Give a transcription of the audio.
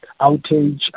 outage